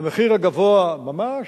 והמחיר הגבוה ממש,